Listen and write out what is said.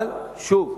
אבל, שוב,